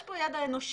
יש כאן ידע אנושי,